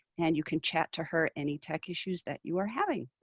and you can chat to her any tech issues that you are having.